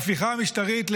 ההפיכה המשטרית,